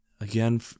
again